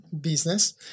business